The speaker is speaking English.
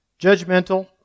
judgmental